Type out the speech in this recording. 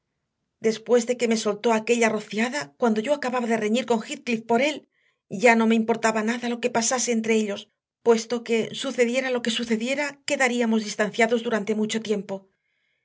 después de que me soltó aquella rociada cuando yo acababa de reñir con heathcliff por él ya no me importaba nada lo que pasase entre ellos puesto que sucediera lo que sucediera quedaríamos distanciados durante mucho tiempo